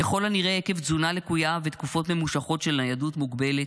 ככל הנראה עקב תזונה לקויה ותקופות ממושכות של ניידות מוגבלת,